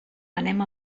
anem